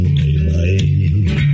daylight